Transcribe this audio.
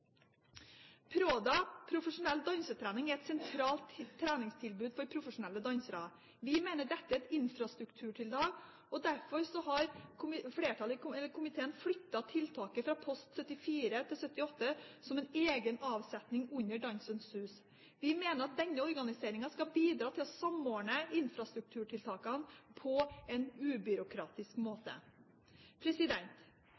PRODA – profesjonell dansetrening er et sentralt treningstilbud for profesjonelle dansere. Vi mener dette er et infrastrukturtiltak, og derfor har et flertall i komiteen flyttet tiltaket fra post 74 til post 78 som en egen avsetning under Dansens Hus. Vi mener at denne organiseringen skal bidra til å samordne infrastrukturtiltakene på en ubyråkratisk